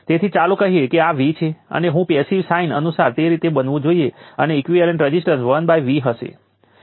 તેથી જો તમે કેપેસિટર દ્વારા નેટ એનર્જી શોષી લે તો તે પોઝિટિવ હશે